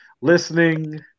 listening